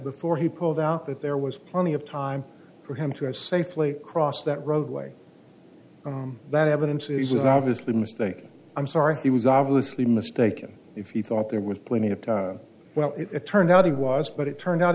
before he pulled out that there was plenty of time for him to have safely cross that roadway that evidence it was obviously a mistake i'm sorry he was obviously mistaken if he thought there was plenty of time well it turned out he was but it turned out